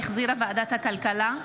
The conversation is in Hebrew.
שהחזירה ועדת הכלכלה,